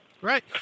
Right